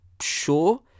Sure